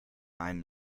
einen